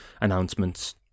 announcements